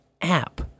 app